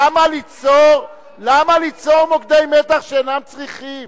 למה ליצור מוקדי מתח שאינם צריכים?